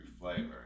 flavor